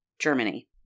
Germany